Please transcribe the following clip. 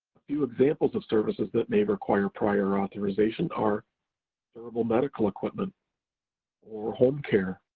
few examples of services that may require prior authorization are durable medical equipment or home care,